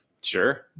sure